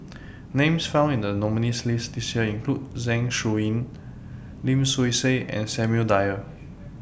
Names found in The nominees' list This Year include Zeng Shouyin Lim Swee Say and Samuel Dyer